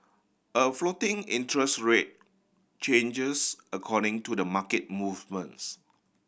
a floating interest rate changes according to the market movements